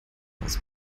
was